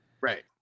Right